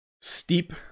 Steep